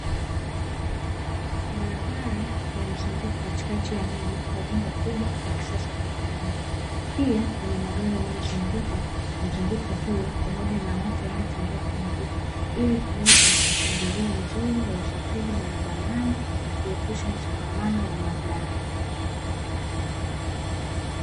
Barabara ya mzunguko katikati ya mji, na jengo kubwa la kisasa upande mmoja. Pia kuna mgari yanayozunguka mzunguko huo, pamoja na watu wanaotembea kwa miguu, ili kuweka mpangilio mzuri wa usafiri barabarani na kuepusha msongamano wa magari.